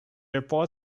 report